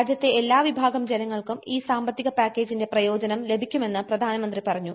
രാജ്യത്തെ എല്ലാ വിഭാഗം ജ്നങ്ങൾക്കും ഈ സാമ്പത്തിക പാക്കേജിന്റെ പ്രയോജനം ലഭിക്കുമെന്ന് പ്രധാനമന്ത്രി പറഞ്ഞു